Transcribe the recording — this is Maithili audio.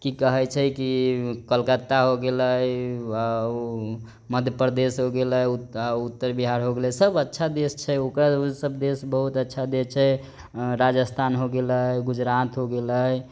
की कहै छै की कलकत्ता हो गेलै आ ऊ मध्य प्रदेश हो गेलै उत्तर बिहार हो गेलै सब अच्छा देश छै ओकरा सब देश बहुत अच्छा देश छै राजस्थान हो गेलै गुजरात हो गेलै